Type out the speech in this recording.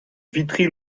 vitry